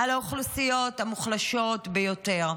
על האוכלוסיות המוחלשות ביותר,